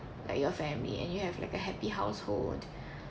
like your family and you have like a happy household